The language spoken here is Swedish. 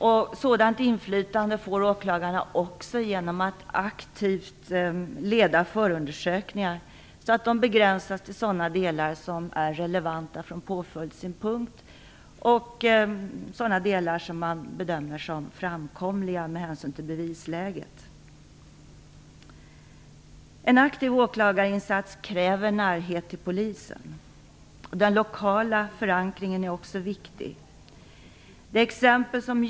Ett sådant inflytande får åklagarna också genom att aktivt leda förundersökningar, så att de begränsas till sådana delar som är relevanta från påföljdssynpunkt och sådana delar som man bedömer som framkomliga med hänsyn till bevisläget. En aktiv åklagarinsats kräver närhet till polisen. Också den lokala förankringen är viktig.